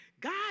God